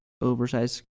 oversized